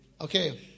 Okay